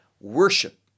Worship